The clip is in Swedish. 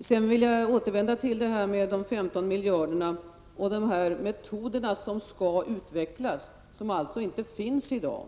Sedan vill jag återvända till detta med de 15 miljarderna och de metoder som skall utvecklas. De finns alltså inte i dag.